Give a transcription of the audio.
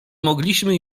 mogliśmy